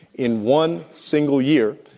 in one single year,